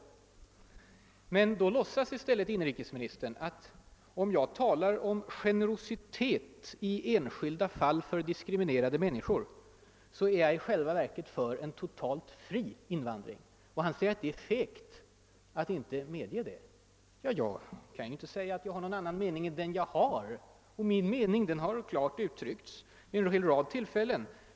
Inrikesministern låtsas i stället som om jag, när jag talar om generositet i enskilda fall gentemot diskriminerade människor, är för en totalt fri invandring. Han säger att det är fegt av mig att inte medge det. Jag kan naturligtvis inte uttrycka någon annan mening än den jag har, och den har jag givit klart uttryck för vid en rad tillfällen.